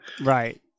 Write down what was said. Right